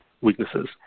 weaknesses